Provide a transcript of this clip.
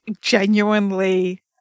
genuinely